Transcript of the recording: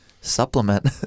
supplement